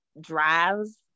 drives